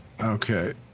Okay